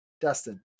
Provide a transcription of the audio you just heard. Dustin